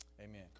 Amen